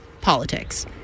politics